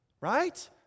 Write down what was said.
Right